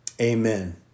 Amen